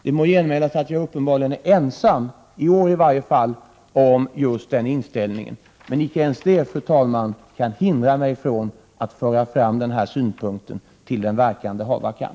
Det må genmälas att jag uppenbarligen är ensam, i varje fall i år, om just den inställningen. Men icke ens det, fru talman, kan hindra mig från att föra fram den synpunkten, till den verkan det hava kan.